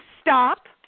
stop